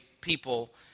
people